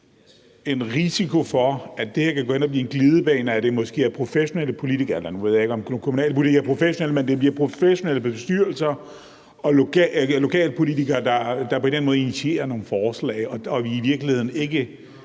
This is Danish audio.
en risiko for, at det her kan gå hen og blive en glidebane, og at det måske er professionelle politikere – nu ved jeg ikke, om kommunalpolitikere er professionelle – professionelle bestyrelser og lokalpolitikere, der på en eller anden måde initierer nogle forslag, og at det ikke